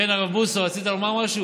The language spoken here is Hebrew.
כן, הרב בוסו, רצית לומר משהו?